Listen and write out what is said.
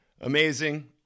amazing